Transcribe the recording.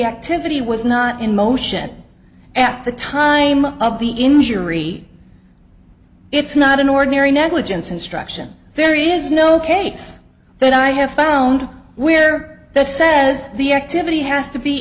activity was not in motion at the time of the injury it's not an ordinary negligence instruction there is no case that i have found where that says the activity has to be